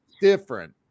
different